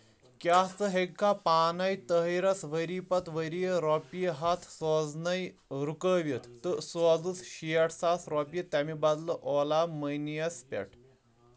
کیٛاہ ژٕ ہیٛکھا پانے طٲہِرَس ؤری پتہٕ ؤری رۄپیہِ ہَتھ سوزٕنے رُکاوِتھ تہٕ سوزُس شیٹھ ساس رۄپیہِ تمہِ بدلہٕ اولا مٔنیَس پیٹھ؟